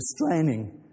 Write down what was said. restraining